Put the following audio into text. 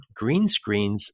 Greenscreens